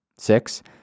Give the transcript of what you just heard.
Six